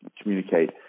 communicate